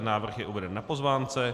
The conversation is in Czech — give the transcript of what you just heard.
Návrh je uveden na pozvánce.